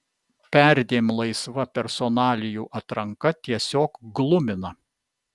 perdėm laisva personalijų atranka tiesiog glumina